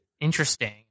Interesting